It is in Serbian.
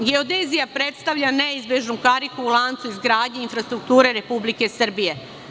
Geodezija predstavlja neizbežnu kariku u lancu izgradnje infrastrukture Republike Srbije.